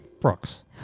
Brooks